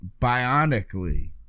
bionically